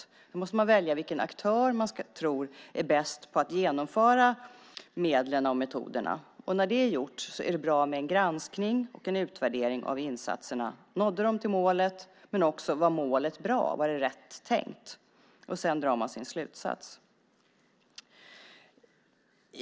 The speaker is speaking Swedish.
Sedan måste man välja vilken aktör som man tror är bäst på att använda medlen och genomföra metoderna. När det är gjort är det bra med en granskning och en utvärdering av insatserna. Nådde de till målet? Men det handlar också om andra frågor: Var målet bra? Var det rätt tänkt? Sedan drar man sin slutsats.